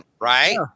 Right